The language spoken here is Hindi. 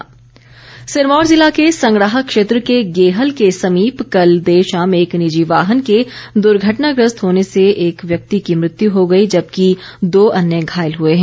दुर्घटना सिरमौर जिला के संगड़ाह क्षेत्र के गेहल के समीप कल देर शाम एक निजी वाहन के दुर्घटना ग्रस्त होने से एक व्यक्ति की मृत्यु हो गई जबकि दो अन्य घायल हुए हैं